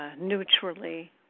neutrally